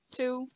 two